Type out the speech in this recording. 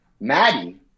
Maddie